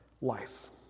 life